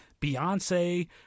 Beyonce